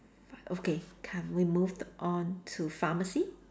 okay come we move on to pharmacy